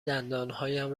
دندانهایم